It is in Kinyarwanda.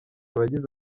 abagize